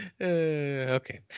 Okay